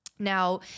Now